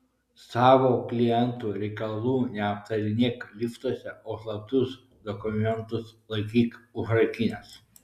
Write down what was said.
savo klientų reikalų neaptarinėk liftuose o slaptus dokumentus laikyk užrakinęs